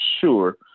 sure